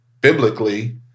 biblically